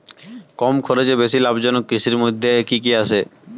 কম খরচে বেশি লাভজনক কৃষির মইধ্যে কি কি আসে?